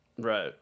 Right